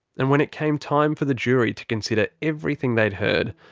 and when it came time for the jury to consider everything they'd heard,